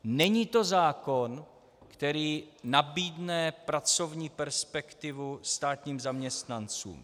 Není to zákon, který nabídne pracovní perspektivu státním zaměstnancům.